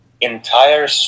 entire